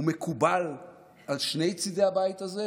הוא מקובל על שני צידי הבית הזה,